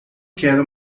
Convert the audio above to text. quero